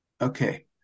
Okay